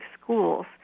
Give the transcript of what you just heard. schools